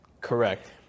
Correct